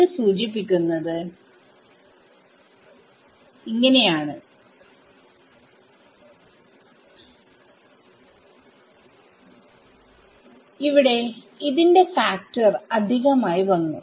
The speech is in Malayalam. ഇത് സൂചിപ്പിക്കുന്നത് ഇവിടെ ന്റെ ഫാക്ടർ അധികമായി വന്നു